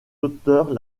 auteurs